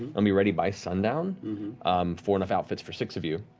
will be ready by sundown for enough outfits for six of you.